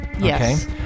Yes